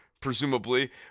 presumably